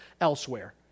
elsewhere